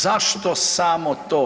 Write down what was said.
Zašto samo to?